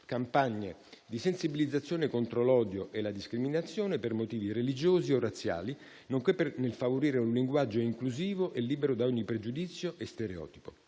campagne di sensibilizzazione contro l'odio e la discriminazione per motivi religiosi o razziali, nonché nel favorire un linguaggio inclusivo e libero da ogni pregiudizio e stereotipo.